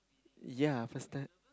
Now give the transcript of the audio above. yea first time